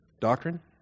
Doctrine